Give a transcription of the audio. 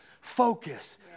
Focus